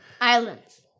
Islands